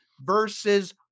versus